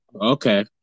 Okay